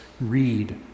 read